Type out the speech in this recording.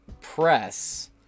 press